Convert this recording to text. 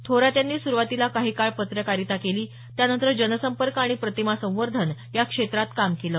थोरात यांनी सुरवातीला काही काळ पत्रकारिता केली त्यानंतर जनसंपर्क आणि प्रतिमा संवर्धन या क्षेत्रात काम केलं